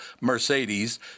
Mercedes